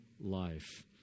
life